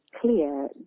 clear